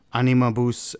animabus